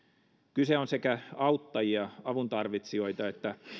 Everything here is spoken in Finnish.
kyse on sekä auttajia avun tarvitsijoita että